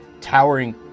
towering